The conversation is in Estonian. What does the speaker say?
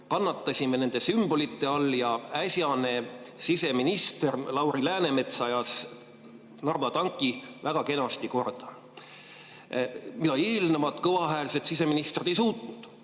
kannatasime nende sümbolite all – äsja siseministriks saanud Lauri Läänemets ajas Narva tanki väga kenasti korda, mida eelnevad kõvahäälsed siseministrid ei suutnud.